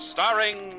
Starring